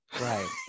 right